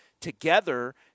together